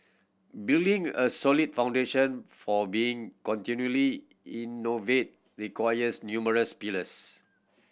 building a solid foundation for being continually innovate requires numerous pillars